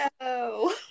no